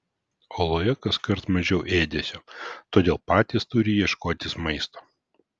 oloje kaskart mažiau ėdesio todėl patys turi ieškotis maisto